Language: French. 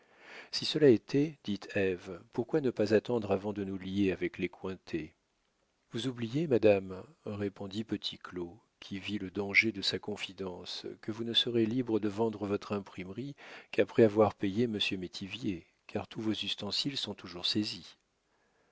si cela était dit ève pourquoi ne pas attendre avant de nous lier avec les cointet vous oubliez madame répondit petit claud qui vit le danger de sa confidence que vous ne serez libre de vendre votre imprimerie qu'après avoir payé monsieur métivier car tous vos ustensiles sont toujours saisis